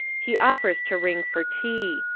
he offers to ring for tea.